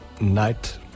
night